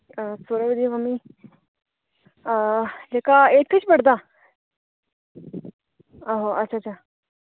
हां सौरभ दी मम्मी जेह्का एट्थ च पढ़दा आहो अच्छा अच्छा